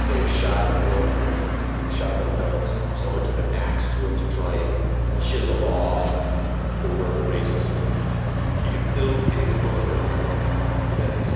they've shot it full of shotgun pellets. someone took an ax to it to try and chisel off the word racism you can still see the bullet holes on the plaque today